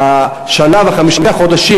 שנה וחמישה חודשים,